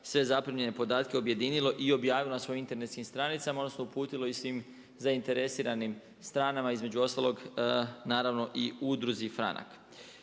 sve zaprimljene podatke objedinilo i objavilo na svojim internetskim stranicama, odnosno uputilo i svim zainteresiranim stranama između ostalog naravno i Udruzi „Franak“.